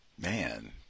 man